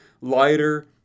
lighter